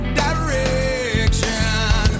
direction